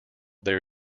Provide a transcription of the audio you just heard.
there